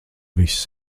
viss